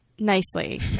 Nicely